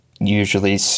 usually